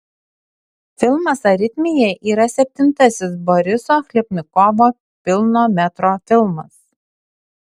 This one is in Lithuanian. filmas aritmija yra septintasis boriso chlebnikovo pilno metro filmas